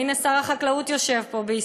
בישראל, והינה שר החקלאות יושב פה.